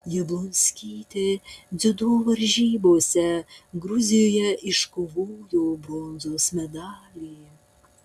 jablonskytė dziudo varžybose gruzijoje iškovojo bronzos medalį